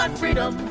and freedom.